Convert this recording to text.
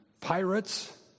pirates